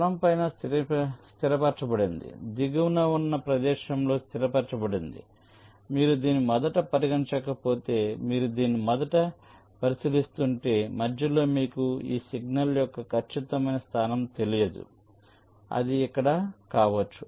స్థలం పైన స్థిరపరచబడింది దిగువన ఉన్న ప్రదేశంలో స్థిరపరచబడింది కానీ మీరు దీన్ని మొదట పరిగణించకపోతే మీరు దీన్ని మొదట పరిశీలిస్తుంటే మధ్యలో మీకు ఈ సిగ్నల్ యొక్క ఖచ్చితమైన స్థానం తెలియదు అది ఇక్కడ కావచ్చు